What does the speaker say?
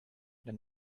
then